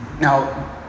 Now